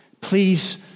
please